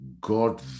God